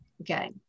Okay